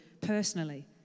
personally